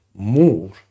more